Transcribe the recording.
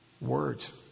words